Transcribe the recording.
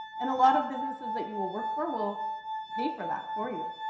and a lot of businesses that you will work for will pay for that for you.